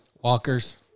walkers